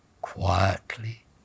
quietly